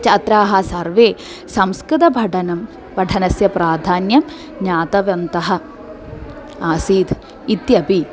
छात्राः सर्वे संस्कृतपठनं पठनस्य प्राधान्यं ज्ञातवन्तः आसीत् इत्यपि